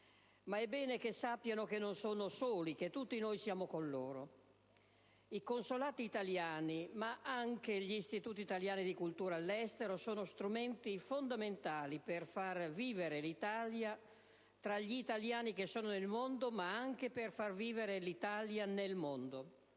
ma è bene che sappiano che non sono soli, che tutti noi siamo con loro. I consolati italiani, ma anche gli istituti italiani di cultura all'estero, sono strumenti fondamentali per far vivere l'Italia tra gli italiani che sono nel mondo, ma anche per far vivere l'Italia nel mondo.